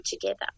together